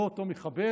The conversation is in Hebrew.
לא אותו מחבל,